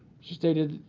she stated